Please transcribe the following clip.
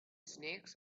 snakes